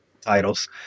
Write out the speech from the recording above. titles